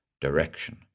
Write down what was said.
direction